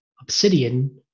Obsidian